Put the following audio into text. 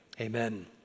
Amen